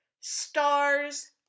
stars